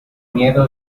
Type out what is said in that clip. miedo